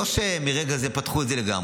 לא שמרגע זה פתחו את זה לגמרי.